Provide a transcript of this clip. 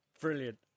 Brilliant